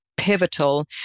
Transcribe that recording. pivotal